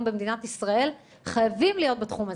במדינת ישראל חייבים להיות בתחום הזה.